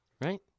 Right